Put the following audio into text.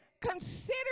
consider